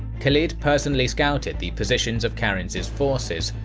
khalid personally scouted the positions of karinz's forces,